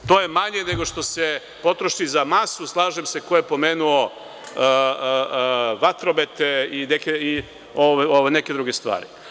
To je manje nego što se potroši za masu, slažem se, ko je pomenuo vatromete i neke druge stvari.